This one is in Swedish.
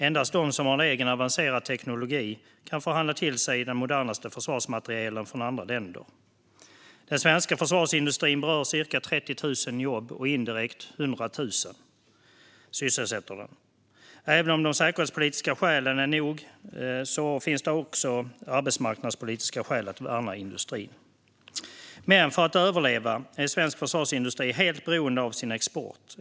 Endast de som har egen avancerad teknologi kan förhandla till sig den modernaste försvarsmaterielen från andra länder. Den svenska försvarsindustrin berör ca 30 000 jobb och sysselsätter indirekt ca 100 000. Även om de säkerhetspolitiska skälen är nog finns det alltså också arbetsmarknadspolitiska skäl att värna industrin. Men för att överleva är svensk försvarsindustri helt beroende av sin export.